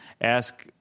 Ask